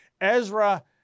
Ezra